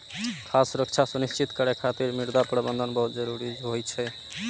खाद्य सुरक्षा सुनिश्चित करै खातिर मृदा प्रबंधन बहुत जरूरी होइ छै